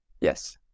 Yes